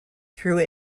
through